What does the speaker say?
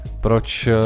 proč